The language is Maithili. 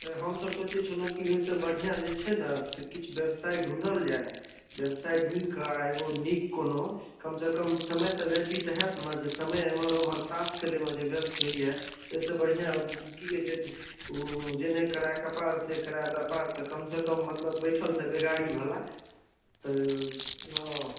अरे हम तऽ सोचैत छलहुँ कि ओहिसँ बढ़िआँ जे छै ने से किछु व्यवसाय ढुढ़ल जाय व्यवसाय ढुढ़ि कऽ आ एगो नीक कोनो कमसँ कम समय तऽ व्यतीत होयत ने जे समय इमहर उमहर तास खेलैमे जे व्यर्थ होइया ओहिसँ बढ़िआँ कि कहैत छै ओ जे नहि करै कपार से करै व्यापार तऽ कमसँ कम मतलब बैठलसँ बेगारी भला तऽ अऽ